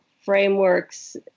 frameworks